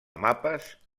mapes